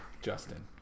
Justin